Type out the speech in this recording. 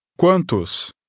Quantos